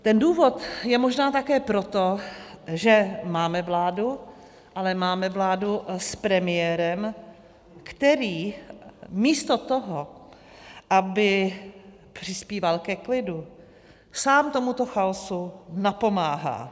Ten důvod je možná také proto, že máme vládu, ale máme vládu s premiérem, který místo toho, aby přispíval ke klidu, sám tomuto chaosu napomáhá.